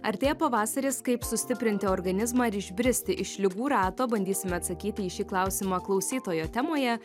artėja pavasaris kaip sustiprinti organizmą ir išbristi iš ligų rato bandysime atsakyti į šį klausimą klausytojo temoje